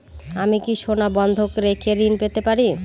আমি কি সোনা বন্ধক রেখে ঋণ পেতে পারি?